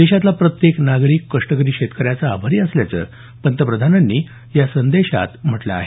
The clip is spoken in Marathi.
देशातला प्रत्येक नागरिक कष्टकरी शेतकऱ्यांचा आभारी असल्याचं पंतप्रधानांनी या संदेशात म्हटलं आहे